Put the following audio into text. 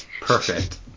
Perfect